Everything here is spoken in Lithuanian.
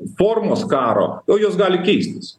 formos karo o jos gali keistis